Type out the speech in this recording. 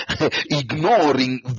ignoring